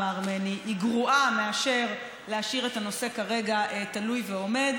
הארמני היא גרועה מאשר להשאיר את הנושא כרגע תלוי ועומד.